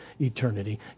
eternity